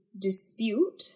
dispute